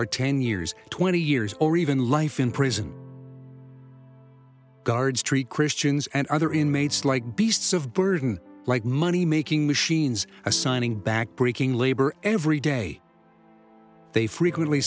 are ten years twenty years or even life in prison guards treat christians and other inmates like beasts of burden like money making machines assigning back breaking labor every day they frequently